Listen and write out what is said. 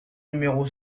numéro